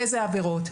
איזה עבירות,